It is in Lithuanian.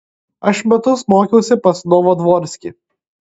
aš metus mokiausi pas novodvorskį